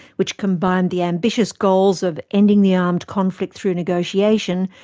which combined the ambitious goals of ending the armed conflict through negotiation,